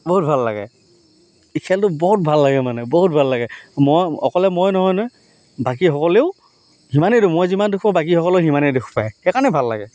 বহুত ভাল লাগে এই খেলটো বহুত ভাল লাগে মানে বহুত ভাল লাগে মই অকলে মই নহয় নহয় বাকীসকলেও সিমানেই দিওঁ মই যিমান দেখোঁ বাকীসকলেও সিমানেই দুখ পায় সেইকাৰণে ভাল লাগে